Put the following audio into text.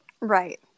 Right